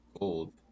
old